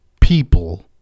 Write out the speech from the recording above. people